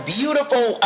beautiful